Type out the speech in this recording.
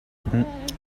hmuh